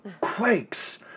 quakes